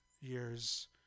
years